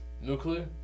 Nuclear